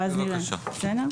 בבקשה.